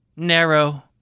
Narrow